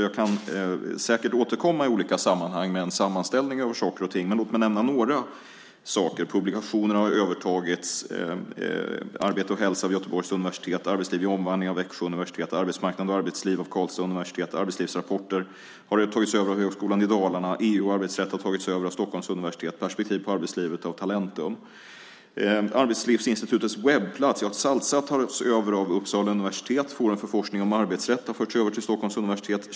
Jag kan säkert återkomma i olika sammanhang med en sammanställning, men låt mig nämna några saker. Publikationen Arbete & Hälsa har övertagits av Göteborgs universitet. Arbetsliv i omvandling har övertagits av Växjö universitet. Arbetsmarknad & Arbetsliv har tagits över av Karlstad universitet. Arbetslivsrapporter har tagits över av Högskolan Dalarna. EU & Arbetsrätt har tagits över av Stockholms universitet. Perspektiv på arbetslivet har tagits över av Talentum. Arbetslivsinstitutets webbplats, Saltsa, tas över av Uppsala universitet. Internetportalen Forum för forskning om arbetsrätt har förts över till Stockholms universitet.